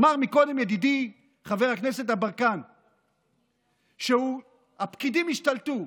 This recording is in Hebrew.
אמר קודם ידידי חבר הכנסת יברקן שהפקידים השתלטו,